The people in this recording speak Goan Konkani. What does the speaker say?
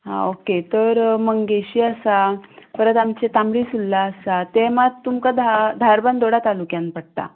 हा ओके तर मंगेशी आसा परत आमचें तांबडी सुरला आसा तें मात तुमकां धा धारबांदोडा तालुक्यान पडटा